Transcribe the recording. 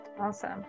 Awesome